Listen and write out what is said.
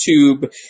YouTube